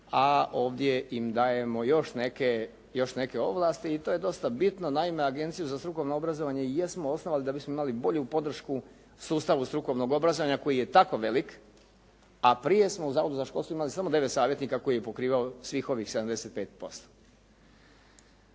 a ovdje im dajemo još neke ovlasti i to je dosta bitno. Naime, Agenciju za strukovno obrazovanje jesmo osnovali da bismo imali bolju podršku sustavu strukovnog obrazovanja koji je tako velik, a prije smo u Zavodu za školstvo imali samo devet savjetnika koji su pokrivali svih ovih 75%.